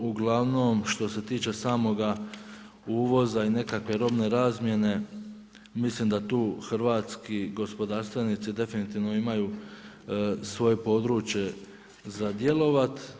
Uglavnom što se tiče samoga uvoza i nekakve robne razmjene mislim da tu hrvatski gospodarstvenici definitivno imaju svoje područje za djelovati.